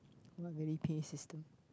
not very P_A system